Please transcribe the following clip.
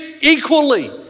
equally